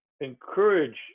encourage